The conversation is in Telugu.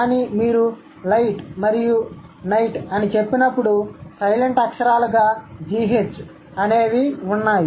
కానీ మీరు లైట్ మరియు నైట్ అని చెప్పినప్పుడు సైలెంట్ అక్షరాలు గా గ్ అనేవి వున్నాయి